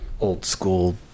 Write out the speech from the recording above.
old-school